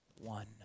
one